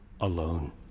alone